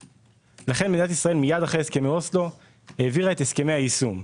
לכן מייד אחרי הסכמי אוסלו היא העבירה את חוקי היישום.